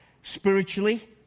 spiritually